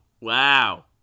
wow